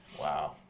Wow